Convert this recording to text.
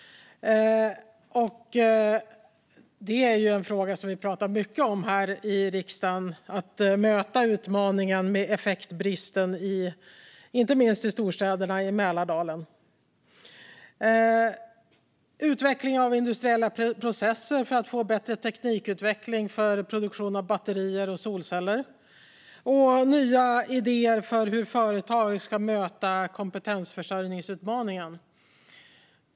Det är ju en fråga som vi pratar mycket om här i riksdagen - att möta utmaningen med effektbristen inte minst i storstäderna i Mälardalen. De söker också medel för utveckling av industriella processer för att få bättre teknikutveckling för produktion av batterier och solceller och nya idéer för hur företag ska möta kompetensförsörjningsutmaningen.